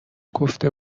گفته